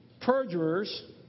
Perjurers